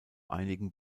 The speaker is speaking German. einigen